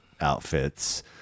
outfits